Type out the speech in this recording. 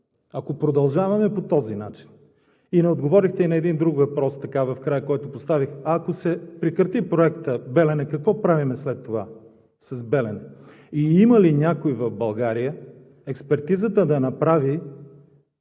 Ако продължаваме по този начин… Не отговорихте и на един друг въпрос, който поставих в края: ако се прекрати Проекта „Белене“, какво правим след това с „Белене“? Има ли някой в България, който да направи